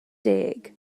deg